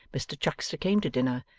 mr chuckster came to dinner,